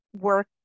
work